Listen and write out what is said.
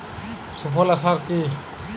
সুফলা সার কি?